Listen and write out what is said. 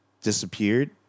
disappeared